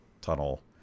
tunnel